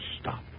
Stop